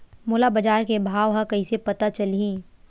मोला बजार के भाव ह कइसे पता चलही?